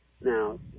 Now